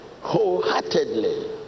wholeheartedly